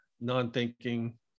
non-thinking